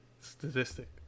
statistic